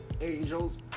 angels